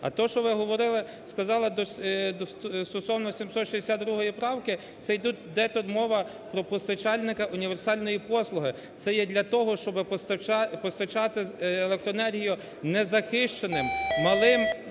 А то, що ви говорили, сказали стосовно 762 правки, це… де тут мова про постачальника універсальної послуги. Це є для того, щоби постачати електроенергію незахищеним, малим